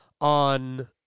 on